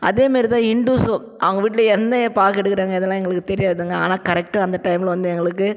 அதே மாரி தான் ஹிண்டூஸும் அவங்க வீட்டில் என்ன பாகு எடுக்கிறாங்க அதெல்லாம் எங்களுக்கு தெரியாதுங்க ஆனால் கரெக்டாக அந்த டைமில் வந்து எங்களுக்கு